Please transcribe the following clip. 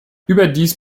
überdies